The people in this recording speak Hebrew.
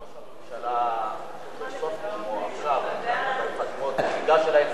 ראש הממשלה בסוף נאומו, עכשיו, ניגש אלי והתנצל.